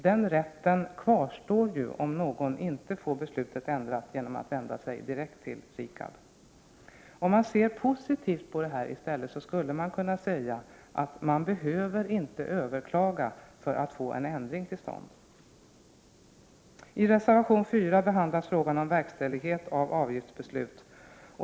Den rätten kvarstår ju om någon genom att vända sig direkt till RIKAB inte får beslutet ändrat. Om man i stället ser detta på ett positivt sätt skulle man kunna säga att man inte behöver överklaga till domstol för att få en ändring till stånd. I reservation 4 behandlas frågan om verkställighet av avgiftsbeslut.